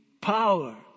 power